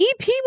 EP